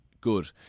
Good